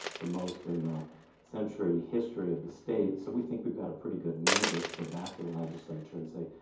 the most in the century history of the state, so we think we've got a pretty good mandate to go back to the legislature and say,